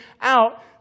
out